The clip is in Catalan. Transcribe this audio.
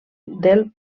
del